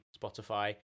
Spotify